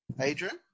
Adrian